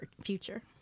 future